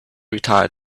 retired